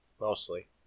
mostly